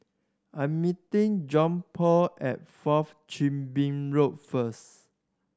I am meeting Johnpaul at Fourth Chin Bee Road first